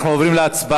אנחנו עוברים להצבעה